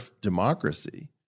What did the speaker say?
democracy